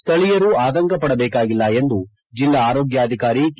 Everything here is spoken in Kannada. ಸ್ಟಳೀಯ ಆತಂಕಪಡಬೇಕಾಗಿಲ್ಲ ಎಂದು ಜಿಲ್ಲಾ ಆರೋಗ್ಬ ಅಧಿಕಾರಿ ಕೆ